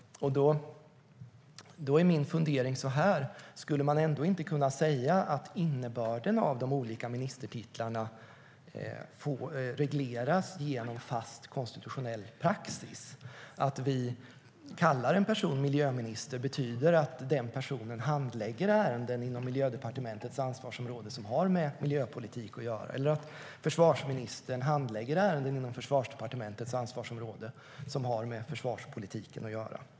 Min fundering är denna: Skulle man ändå inte kunna säga att innebörden av de olika ministertitlarna regleras genom fast, konstitutionell praxis? Att vi kallar en person miljöminister betyder att den personen handlägger ärenden inom Miljödepartementets ansvarsområde som har med miljöpolitik att göra, och försvarsministern handlägger ärenden inom Försvarsdepartementets ansvarsområde som har med försvarspolitiken att göra.